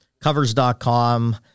covers.com